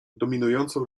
dominującą